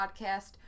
podcast